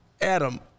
Adam